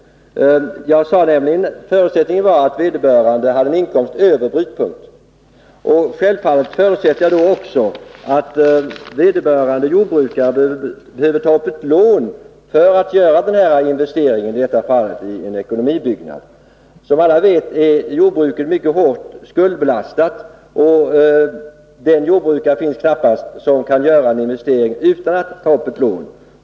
Jag sade där att förutsättningen var att vederbörande jordbrukare hade en inkomst över brytpunkten. Självfallet förutsätter jag att vederbörande jordbrukare behöver ta ett lån för att kunna göra en viss investering — i det här fallet i en ekonomibyggnad. Som alla vet är jordbruket mycket hårt skuldbelastat. Den jordbrukare finns knappast som kan göra en investering utan att ta ett lån.